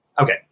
okay